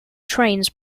trains